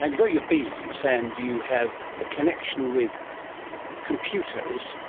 and got your bees and you have a connection with computers.